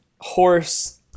horse